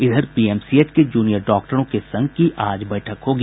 इधर पीएमसीएच के जूनियर डॉक्टरों के संघ की आज बैठक होगी